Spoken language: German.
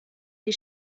die